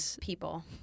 people